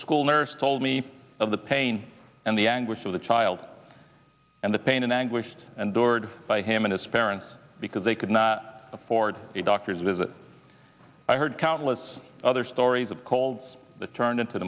school nurse told me of the pain and the anguish of the child and the pain and anguish and toured by him and his parents because they could not afford a doctor's visit i heard countless other stories of colds that turned into